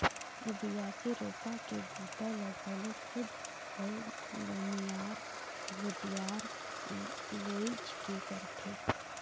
बियासी, रोपा के बूता ल घलो खुद अउ बनिहार भूथिहार लेइज के करथे